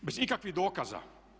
Bez ikakvih dokaza!